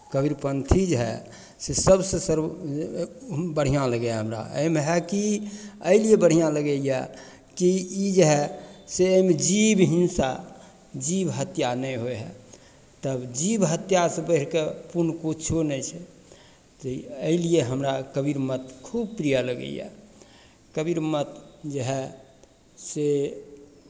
कबीरपंथी जे हए से सभसँ सर्बो बढ़िआँ लगय हमरा एहिमे हए कि एहिलिए बढ़िआँ लगैए कि ई जे हए से एहिमे जीव हिंसा जीव हत्या नहि होइ हए तब जीव हत्यासँ बढ़ि कऽ पुण्य किछो नहि छै तऽ एहिलिए हमरा कबीरमत खूब प्रिय लगैए कबीरमत जे हए से